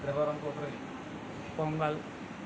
pongal